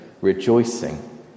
Rejoicing